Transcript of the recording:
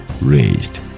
raised